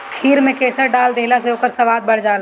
खीर में केसर डाल देहला से ओकर स्वाद बढ़ जाला